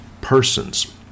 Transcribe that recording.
persons